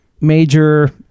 Major